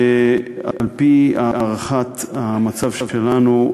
על-פי הערכת המצב שלנו,